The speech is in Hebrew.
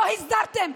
לא הסדרתם,